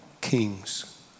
kings